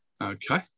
Okay